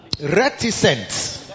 reticent